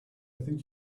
think